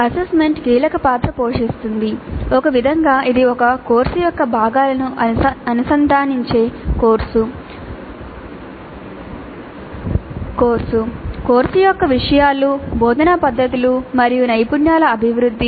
assessment మరియు నైపుణ్యాల అభివృద్ధి